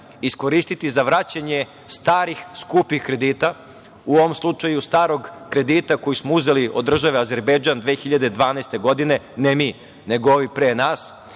iskoristiti i za vraćanje starih, skupih kredita, u ovom slučaju starog kredita koji smo uzeli od države Azerbejdžan 2012. godine, ne mi, nego ovi pre nas.